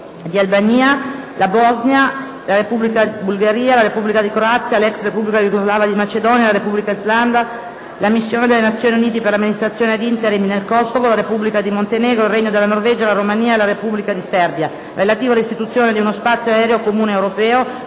di Albania, la Bosnia-Erzegovina, la Repubblica di Bulgaria, la Repubblica di Croazia, l'ex Repubblica iugoslava di Macedonia, la Repubblica d'Islanda, la Missione delle Nazioni Unite per l'amministrazione ad interim nel Kosovo, la Repubblica di Montenegro, il Regno di Norvegia, la Romania e la Repubblica di Serbia, relativo all'istituzione di uno Spazio aereo comune europeo,